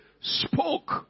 spoke